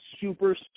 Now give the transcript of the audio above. super